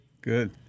Good